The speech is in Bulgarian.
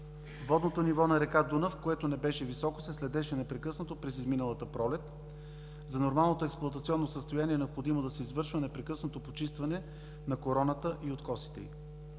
Водното ниво на река Дунав, което не беше високо, се следеше непрекъснато през изминалата пролет. За нормалното експлоатационно състояние е необходимо да се извършва непрекъснато почистване на короната и откосите й.